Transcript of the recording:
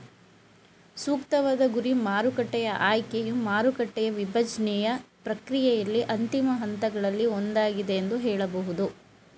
ಸೂಕ್ತವಾದ ಗುರಿ ಮಾರುಕಟ್ಟೆಯ ಆಯ್ಕೆಯು ಮಾರುಕಟ್ಟೆಯ ವಿಭಜ್ನೆಯ ಪ್ರಕ್ರಿಯೆಯಲ್ಲಿ ಅಂತಿಮ ಹಂತಗಳಲ್ಲಿ ಒಂದಾಗಿದೆ ಎಂದು ಹೇಳಬಹುದು